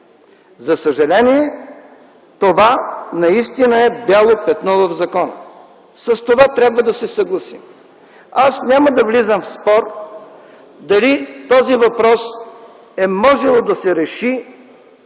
За съжаление това наистина е бяло петно в закона. С това трябва да се съгласим! Аз няма да влизам в спор дали този въпрос е можело да се реши,